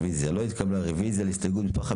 הצבעה הרוויזיה לא נתקבלה הרוויזיה לא התקבלה.